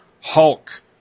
Hulk